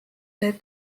see